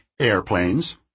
Airplanes